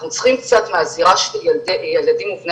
אנחנו צריכים קצת מהזירה של ילדים ובני